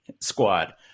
squad